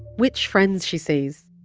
which friends she sees